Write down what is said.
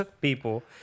people